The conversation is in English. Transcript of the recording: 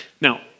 Now